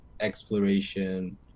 exploration